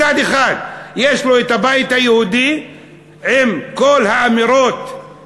מצד אחד יש לו הבית היהודי עם כל האמירות,